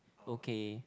okay